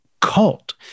cult